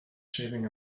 shaving